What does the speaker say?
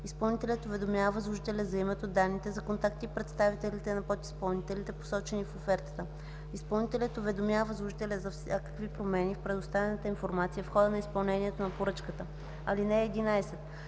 изпълнителят уведомява възложителя за името, данните за контакт и представителите на подизпълнителите, посочени в офертата. Изпълнителят уведомява възложителя за всякакви промени в предоставената информация в хода на изпълнението на поръчката. (11)